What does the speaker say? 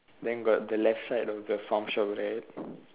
then got the left side of the farm shop right